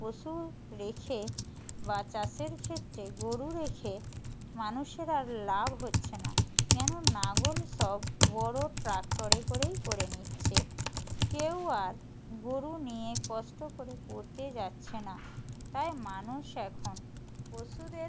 পশু রেখে বা চাষের ক্ষেত্রে গোরু রেখে মানুষের আর লাভ হচ্ছে না কেন লাঙ্গল সব বড় ট্রাক্টরে করেই করে নিচ্ছে কেউ আর গোরু নিয়ে কষ্ট করে করতে যাচ্ছে না তাই মানুষ এখন পশুদের